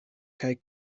kaj